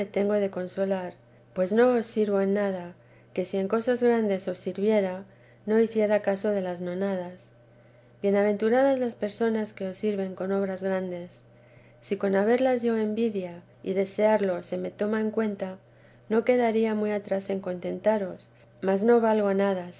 tengo de consolar pues no os sirvo en nada que si en cosas grandes os ter sirviera no hiciese caso de las nonadas bienaventura las personas que os sirven con obras grandes si con haberlas yo envidia y desearlo se me toma en cuenta no quedaría muy atrás en contentaros mas no valgo nada